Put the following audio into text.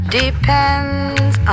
depends